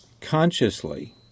consciously